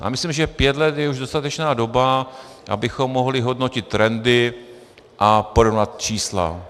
A myslím si, že pět let je už dostatečná doba, abychom mohli hodnotit trendy a porovnat čísla.